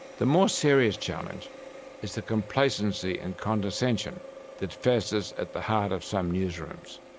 the more serious challenge is the complacency and condescension that festers at the heart of some newsrooms.